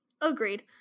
Agreed